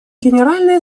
генеральной